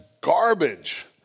garbage